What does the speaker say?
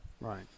right